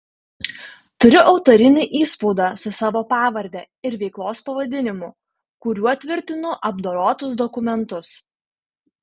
turiu autorinį įspaudą su savo pavarde ir veiklos pavadinimu kuriuo tvirtinu apdorotus dokumentus